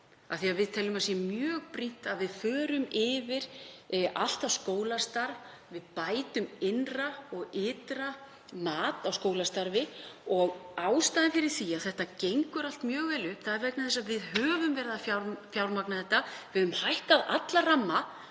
þess að við teljum að það sé mjög brýnt að við förum yfir allt skólastarf, að við bætum innra og ytra mat á skólastarfi. Og ástæðan fyrir því að þetta gengur allt mjög vel upp er að við höfum verið að fjármagna þetta, við höfum stækkað alla ramma.